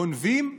גונבים אותנו.